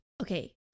okay